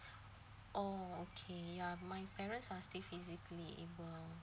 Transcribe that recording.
oh okay ya my parents are still physically able